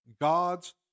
God's